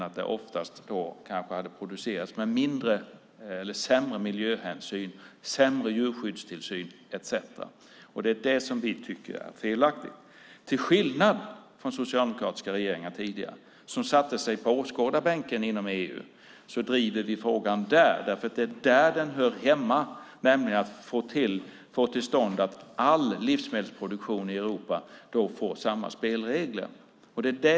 Och detta hade kanske oftast producerats med sämre miljöhänsyn, sämre djurskyddstillsyn etcetera. Det är det som vi tycker är felaktigt. Till skillnad från tidigare socialdemokratiska regeringar, som satte sig på åskådarbänken inom EU, driver vi frågan i EU därför att det är där den hör hemma. Det handlar nämligen om att få till stånd samma spelregler för all livsmedelsproduktion i Europa.